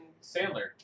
Sandler